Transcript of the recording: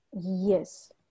Yes